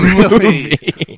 movie